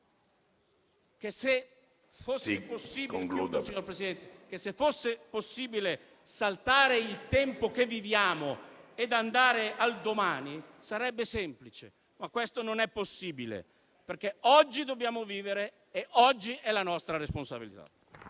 che se fosse possibile saltare il tempo che viviamo e andare al domani, sarebbe semplice. Ma questo non è possibile, perché oggi dobbiamo vivere e oggi è la nostra responsabilità.